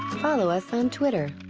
follow us on twitter